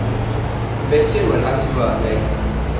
benson will ask you ah like